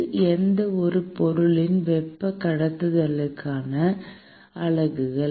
இது எந்த ஒரு பொருளின் வெப்ப கடத்துத்திறனுக்கான அலகுகள்